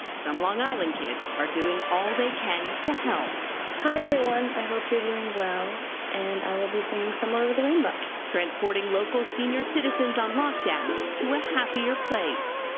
some long island kids are doing all they can to help hi, everyone. i hope you're doing well and i will be singing somewhere over the rainbow. reporter transporting local senior citizens on lockdown to a happier place.